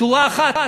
שורה אחת.